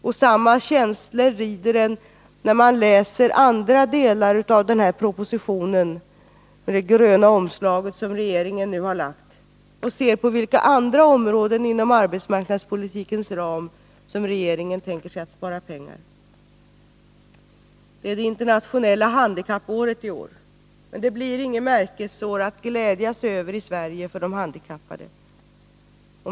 Och samma känslor rider en när man läser andra delar av den proposition med det gröna omslaget som regeringen nu har lagt fram och ser på vilka andra områden inom arbetsmarknadspolitikens ram regeringen tänker sig att spara pengar. Detta år är det internationella handikappåret. Det blir inget märkesår att glädjas över i Sverige för de handikappade.